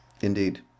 indeed